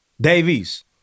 Davies